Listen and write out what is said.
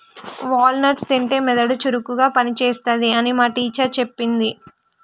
wall nuts తింటే మెదడు చురుకుగా పని చేస్తది అని మా టీచర్ చెప్పింది